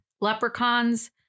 leprechauns